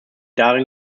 darin